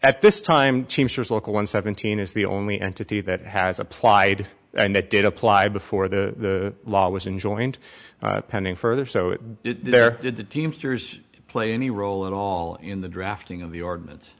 at this time teamsters local one seventeen is the only entity that has applied and that did apply before the law was enjoined pending further so there did the teamsters play any role at all in the drafting of the ordinance